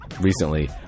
recently